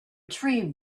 tree